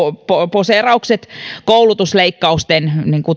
poseeraukset koulutusleikkausten